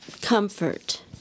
Comfort